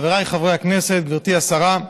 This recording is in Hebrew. חבריי חברי הכנסת, גברתי השרה,